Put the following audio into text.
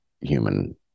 human